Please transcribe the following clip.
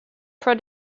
pro